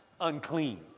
unclean